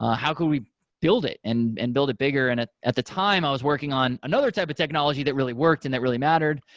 ah how can we build it and and build it bigger? and at the time i was working on another type of technology that really worked and that really mattered.